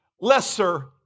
lesser